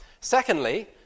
Secondly